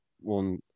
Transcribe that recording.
one